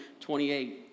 28